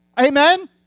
Amen